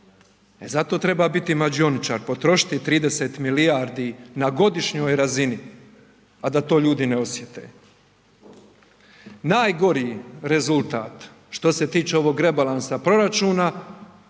E zato treba biti mađioničar, potrošiti 30 milijardi na godišnjoj razini, a da to ljudi ne osjete. Najgori rezultat što se tiče ovog rebalansa proračuna